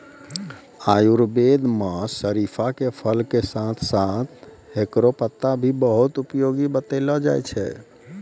आयुर्वेद मं शरीफा के फल के साथं साथं हेकरो पत्ता भी बहुत उपयोगी बतैलो जाय छै